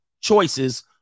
choices